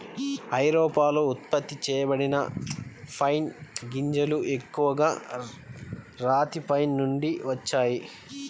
ఐరోపాలో ఉత్పత్తి చేయబడిన పైన్ గింజలు ఎక్కువగా రాతి పైన్ నుండి వచ్చాయి